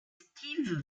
steve